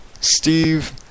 Steve